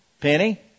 Penny